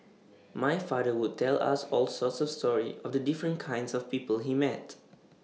my father would tell us all sorts of stories of the different kinds of people he met